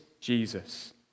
Jesus